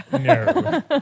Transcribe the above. No